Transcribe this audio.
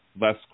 less